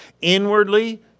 Inwardly